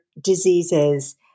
diseases